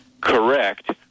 correct